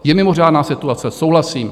Je mimořádná situace, souhlasím.